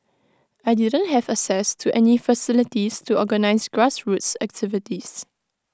I didn't have access to any facilities to organise grassroots activities